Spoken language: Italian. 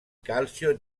calcio